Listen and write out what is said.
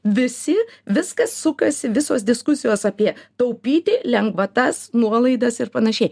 visi viskas sukasi visos diskusijos apie taupyti lengvatas nuolaidas ir panašiai